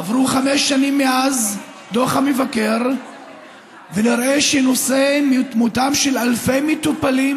עברו חמש שנים מאז דוח המבקר ונראה שנושא מותם של אלפי מטופלים